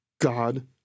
God